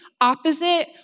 opposite